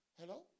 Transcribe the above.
Hello